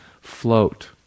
float